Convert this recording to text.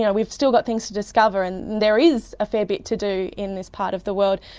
yeah we've still got things to discover and there is a fair bit to do in this part of the world.